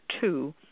two